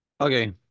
Okay